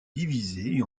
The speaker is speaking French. divisée